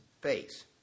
face